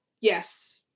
yes